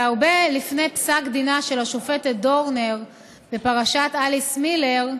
והרבה לפני פסק דינה של השופטת דורנר בפרשת אליס מילר,